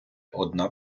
одна